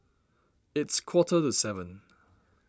it's quarter to seven